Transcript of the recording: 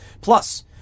Plus